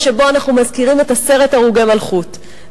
שבו אנחנו מזכירים את עשרת הרוגי מלכות,